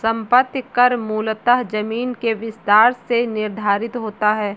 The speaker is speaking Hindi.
संपत्ति कर मूलतः जमीन के विस्तार से निर्धारित होता है